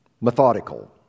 Methodical